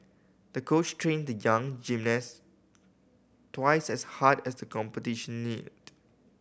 the coach trained the young gymnast twice as hard as the competition neared